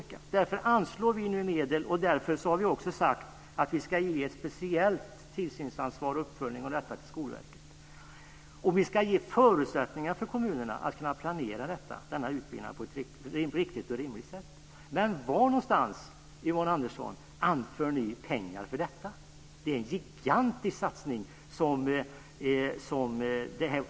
Därför anslår vi nu medel, och därför har vi sagt att vi ska ge ett speciellt ansvar för tillsyn och uppföljning av detta till Skolverket. Vi ska ge förutsättningar för kommunerna att planera denna utbildning på ett riktigt och rimligt sätt. Var anslår ni pengar för detta, Yvonne Andersson? Det skulle kosta en gigantisk satsning.